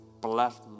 bless